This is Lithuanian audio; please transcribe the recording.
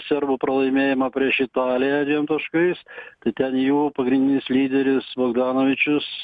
serbų pralaimėjimą prieš italiją dviem taškais tai ten jų pagrindinis lyderis bogdanovičius